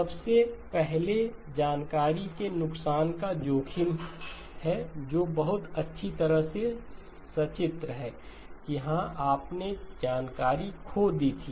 सबसे पहले जानकारी के नुकसान का जोखिम है जो बहुत अच्छी तरह से सचित्र है कि हां आपने जानकारी खो दी थी